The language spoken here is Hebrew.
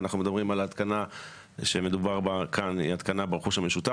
כל שינוי ברכוש המשותף ואנחנו מדברים על התקנה ברכוש המשותף,